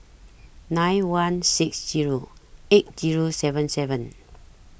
nine one six Zero eight Zero seven seven